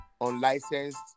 unlicensed